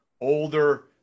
older